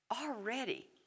already